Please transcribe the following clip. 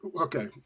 okay